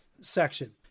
section